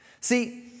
See